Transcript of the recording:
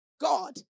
God